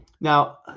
Now